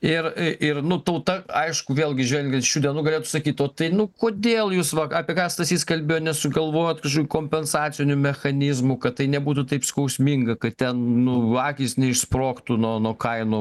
ir ir nu tauta aišku vėlgi žvelgiant iš šių dienų galėtų sakyt o tai nu kodėl jūs va apie ką stasys kalbėjo nesugalvojot kompensacinių mechanizmų kad tai nebūtų taip skausminga kad ten nu akys neišsprogtų nuo nuo kainų